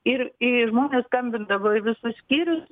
ir į žmonės skambindavo į visus skyrius